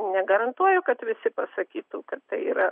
negarantuoju kad visi pasakytų kad tai yra